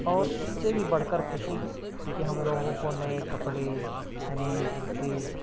اور اس سے بھی بڑھ کر خوشی کہ ہم لوگوں کو نئے کپڑے نئے جوتے